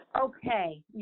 Okay